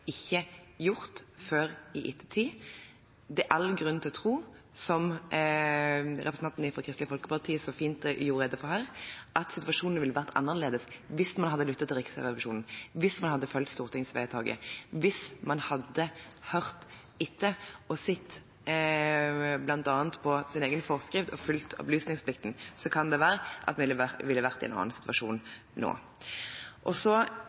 ikke gjort før i ettertid. Det er all grunn til å tro, som representanten fra Kristelig Folkeparti så fint gjorde rede for her, at situasjonen ville vært annerledes hvis man hadde lyttet til Riksrevisjonen, hvis man hadde fulgt stortingsvedtaket. Hvis man hadde hørt etter og sett bl.a. på sin egen forskrift og fulgt opplysningsplikten, kan det være at vi ville vært i en annen situasjon